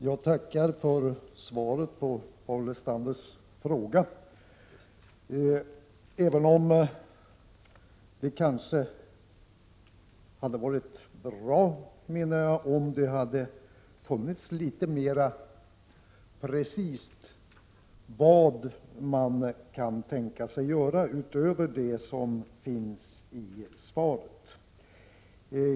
Herr talman! Jag tackar för svaret på Paul Lestanders fråga, även om det kanske hade varit bra om det hade funnits litet mera precisa uppgifter om vad man kan tänka sig göra utöver det som redovisats i svaret.